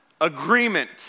agreement